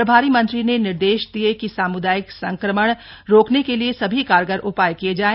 प्रभारी मंत्री ने निर्देश दिये कि साम्दायिक संक्रमण रोकने के लिए सभी कारगर उपाय किये जाएं